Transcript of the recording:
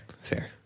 fair